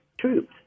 troops